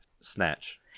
Snatch